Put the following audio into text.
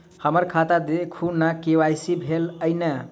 हम्मर खाता देखू नै के.वाई.सी भेल अई नै?